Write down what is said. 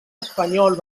espanyol